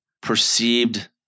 perceived